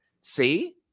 see